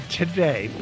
today